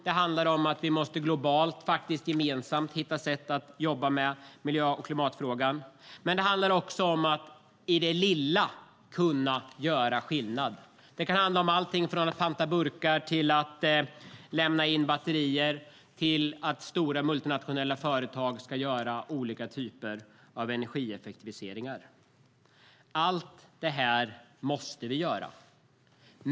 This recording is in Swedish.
Det handlar om att vi gemensamt globalt måste hitta sätt att jobba med miljö och klimatfrågan. Men det handlar också om att i det lilla kunna göra skillnad. Det kan handla om allting från att panta burkar och lämna in batterier till att stora multinationella företag ska göra olika typer av energieffektiviseringar. Allt det här måste vi göra.